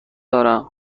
دارم